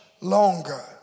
longer